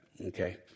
okay